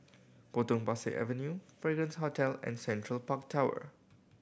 Potong Pasir Avenue Fragrance Hotel and Central Park Tower